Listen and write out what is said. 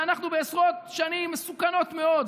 ואנחנו בעשרות שנים מסוכנות מאוד,